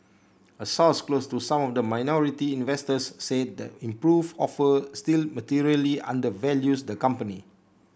a source close to some of the minority investors said the improved offer still materially undervalues the company